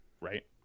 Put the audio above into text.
Right